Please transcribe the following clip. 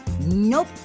Nope